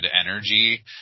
energy